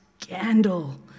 scandal